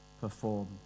perform